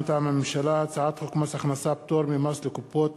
מטעם הממשלה: הצעת חוק מס הכנסה (פטור ממס לקופות